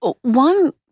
One